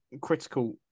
critical